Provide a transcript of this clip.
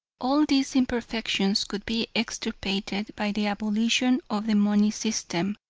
all these imperfections could be extirpated by the abolition of the money system,